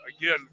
again